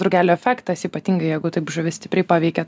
drugelio efektas ypatingai jeigu taip žuvis stipriai paveikia